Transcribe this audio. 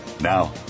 Now